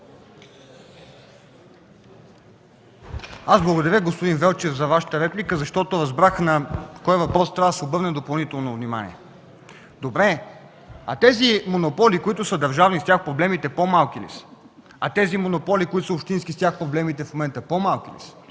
Аз благодаря, господин Велчев, за Вашата реплика, защото разбрах на кой въпрос трябва да се обърне допълнително внимание. Добре, а в тези монополи, които са държавни, в тях проблемите по-малки ли са? А тези монополи, които са общински, в тях проблемите в момента по-малки ли са?